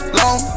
long